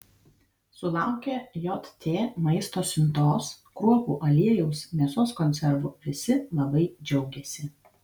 sulaukę jt maisto siuntos kruopų aliejaus mėsos konservų visi labai džiaugiasi